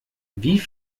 wie